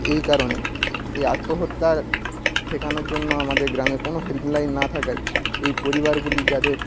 এই কারণে এই আত্মহত্যা ঠেকানোর জন্য আমাদের গ্রামে কোন হেল্প লাইন না থাকায় এই পরিবারগুলি যাদের